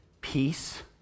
peace